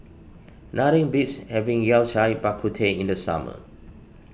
nothing beats having Yao Cai Bak Kut Teh in the summer